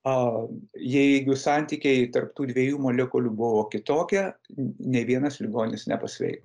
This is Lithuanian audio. o jeigu santykiai tarp tų dviejų molekulių buvo kitokie nei vienas ligonis nepasveiko